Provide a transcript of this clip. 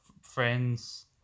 friends